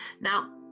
now